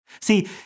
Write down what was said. See